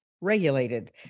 regulated